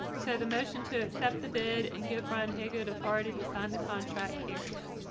so the motion to accept the bid and give ron haygood authority to sign the contract carries.